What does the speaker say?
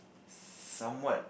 some what